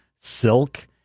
silk